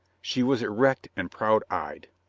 she was erect and proud eyed.